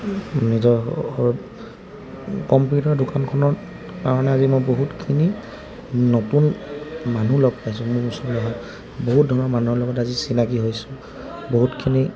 নিজৰ কম্পিউটাৰ দোকানখনৰ কাৰণে আজি মই বহুতখিনি নতুন মানুহ লগ পাইছোঁ মোৰ ওচৰলৈ অহা বহুত ধৰণৰ মানুহৰ লগত আজি চিনাকি হৈছোঁ বহুতখিনি